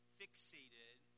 fixated